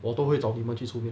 我都会去找你们去出面